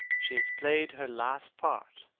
she has played her last part.